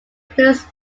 includes